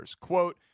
Quote